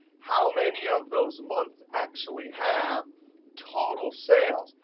how many of those months actually have total sales?